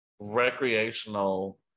recreational